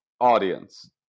audience